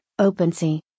OpenSea